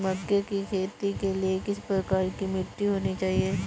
मक्के की खेती के लिए किस प्रकार की मिट्टी होनी चाहिए?